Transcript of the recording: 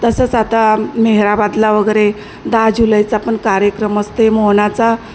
तसंच आता मेहराबादला वगैरे दहा जुलैचा पण कार्यक्रम असते मोहनाचा